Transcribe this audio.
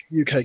UK